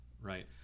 right